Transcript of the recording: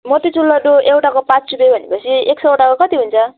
मोतीचुर लड्डु एउटाको पाँच रुपियाँ भनेपछि एक सौवटाको कति हुन्छ